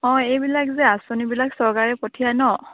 অঁ এইবিলাক যে আঁচনিবিলাক চৰকাৰে পঠিয়াই ন